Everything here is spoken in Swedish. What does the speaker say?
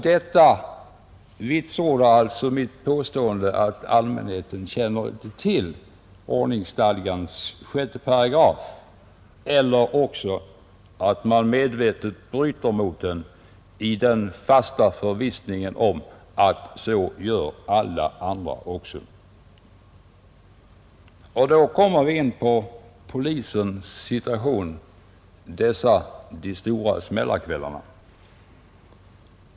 Detta styrker mitt påstående att allmänheten inte känner till ordningsstadgans 6 § eller att man medvetet bryter mot denna i den fasta förvissningen om att så gör alla andra också, Då kommer vi in på polisens situation dessa stora ”smällarkvällar”.